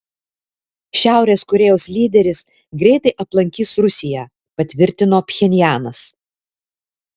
šiaurės korėjos lyderis greitai aplankys rusiją patvirtino pchenjanas